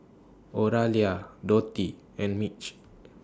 Oralia Dotty and Mitch